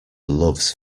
loves